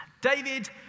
David